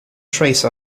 trace